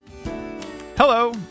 Hello